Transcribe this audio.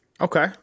Okay